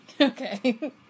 Okay